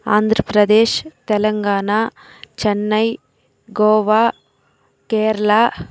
Andhra Pradesh Telangana Chennai Goa Kerala